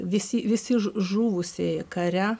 visi visi žu žuvusieji kare